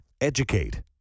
Educate